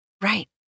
Right